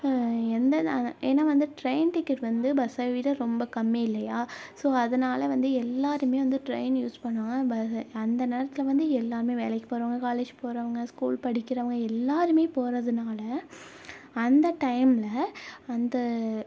எந்த ஏன்னா வந்து டிரெயின் டிக்கெட் வந்து பஸ்ஸை விட ரொம்ப கம்மி இல்லையா ஸோ அதனால் வந்து எல்லாருமே வந்து டிரெயின் யூஸ் பண்ணுவாங்க பஸ்ஸை அந்த நேரத்தில் வந்து எல்லாமே வேலைக்கு போகிறவங்க காலேஜ் போகிறவங்க ஸ்கூல் படிக்கிறவங்க எல்லாருமே போகிறதுனால அந்த டைமில் அந்த